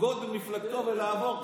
לבגוד במפלגתו ולעבור ככה.